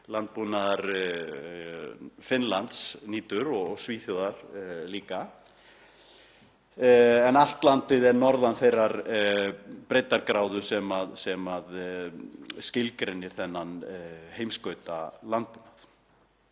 landbúnaðar Finnlands nýtur og Svíþjóðar líka, en allt landið er norðan þeirrar breiddargráðu sem skilgreinir þennan heimskautalandbúnað.